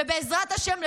ובעזרת השם,